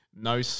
no